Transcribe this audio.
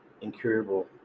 incurable